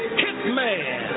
hitman